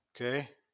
okay